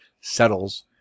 settles